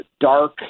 dark